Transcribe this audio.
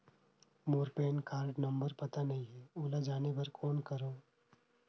मोर PAN card number पता नहीं है, ओला जाने बर कौन करो?